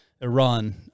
Iran